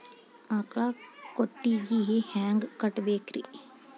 ಆಕಳ ಕೊಟ್ಟಿಗಿ ಹ್ಯಾಂಗ್ ಕಟ್ಟಬೇಕ್ರಿ?